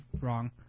wrong